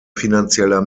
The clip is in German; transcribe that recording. finanzieller